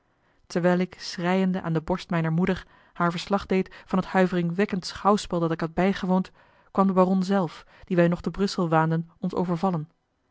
terwijl ik schreiende aan de borst mijner moeder haar het verslag deed van het huiveringwekkend schouwspel dat ik had bijgewoond kwam de baron zelf dien wij nog te brussel waanden ons overvallen